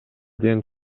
ден